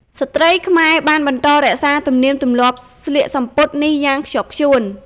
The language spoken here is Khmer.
ស្ត្រីខ្មែរបានបន្តរក្សាទំនៀមទម្លាប់ស្លៀកសំពត់នេះយ៉ាងខ្ជាប់ខ្ជួន។